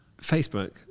Facebook